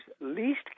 least